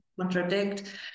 contradict